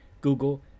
Google